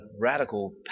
radical